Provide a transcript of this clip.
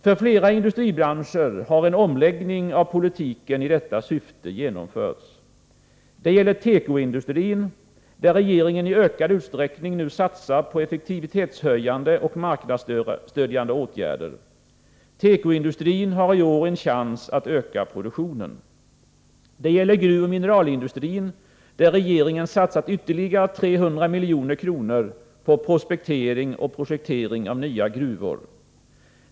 För flera industribranscher har en omläggning av politiken i detta syfte genomförts. Det gäller tekoindustrin, där regeringen i ökad utsträckning nu satsar på effektivitetshöjande och marknadsstödjande åtgärder. Tekoindustrin har i år en chans att öka produktionen. Det gäller gruvoch mineralindustrin, där regeringen satsat ytterligare 300 milj.kr. på prospektering och projektering av nya gruvor.